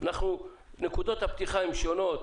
נקודות הפתיחה הן שונות,